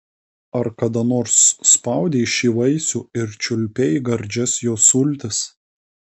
ar kada nors spaudei šį vaisių ir čiulpei gardžias jo sultis